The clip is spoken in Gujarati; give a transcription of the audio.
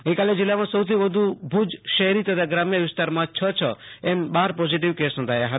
ગઈકાલે જીલ્લામાં સૌથી વધુ ભુજ શહેરી તથા ગ્રામ્ય વિસ્તારમાં છછ એમ બાર પોઝિટિવ કેસ નોંધાયા હતા